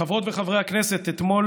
חברות וחברי הכנסת, אתמול